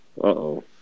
Uh-oh